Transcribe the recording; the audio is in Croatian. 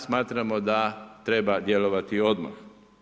Smatramo da treba djelovati odmah.